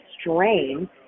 strain